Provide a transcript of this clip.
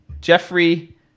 Jeffrey